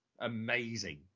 amazing